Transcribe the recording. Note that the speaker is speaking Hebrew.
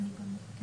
אני רוצה